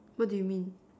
what do you mean